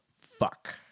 fuck